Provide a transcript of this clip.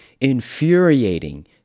infuriating